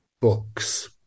books